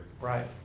Right